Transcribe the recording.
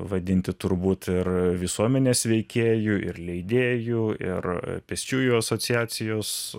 vadinti turbūt ir visuomenės veikėju ir leidėju ir pėsčiųjų asociacijos